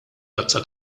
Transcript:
tazza